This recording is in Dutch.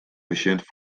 patiënt